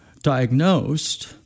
Diagnosed